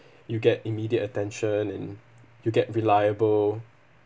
you get immediate attention and you get reliable